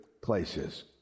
places